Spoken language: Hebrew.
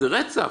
זה רצח,